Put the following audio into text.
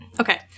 Okay